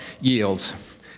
yields